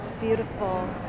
beautiful